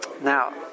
Now